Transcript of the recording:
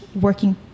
working